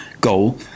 goal